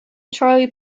charley